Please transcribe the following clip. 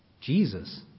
Jesus